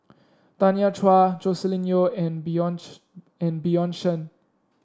Tanya Chua Joscelin Yeo and Bjorn and Bjorn Shen